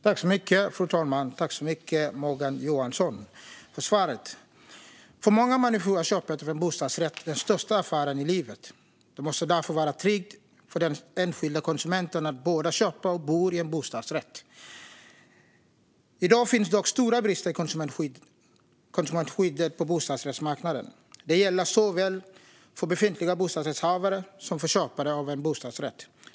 Fru talman! Tack, Morgan Johansson, för svaret! För många människor är köpet av en bostadsrätt den största affären i livet. Det måste därför vara tryggt för den enskilde konsumenten att både köpa och bo i en bostadsrätt. I dag finns dock stora brister i konsumentskyddet på bostadsrättsmarknaden; det gäller såväl för befintliga bostadsrättshavare som för köpare av en bostadsrätt.